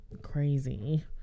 crazy